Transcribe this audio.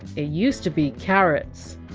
it used to be carrots.